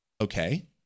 Okay